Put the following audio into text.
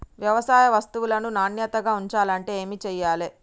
వ్యవసాయ వస్తువులను నాణ్యతగా ఉంచాలంటే ఏమి చెయ్యాలే?